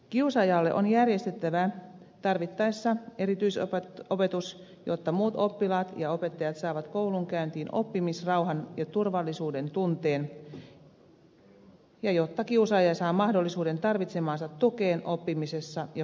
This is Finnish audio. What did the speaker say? kiusaajalle on järjestettävä tarvittaessa erityisopetus jotta muut oppilaat ja opettajat saavat koulunkäyntiin oppimisrauhan ja turvallisuuden tunteen ja jotta kiusaaja saa mahdollisuuden tarvitsemaansa tukeen oppimisessa ja koulunkäynnissä